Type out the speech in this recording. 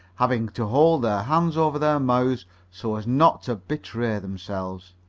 having to hold their hands over their mouths so as not to betray themselves.